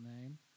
name